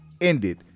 ended